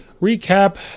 Recap